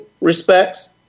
respects